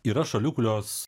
yra šalių kurios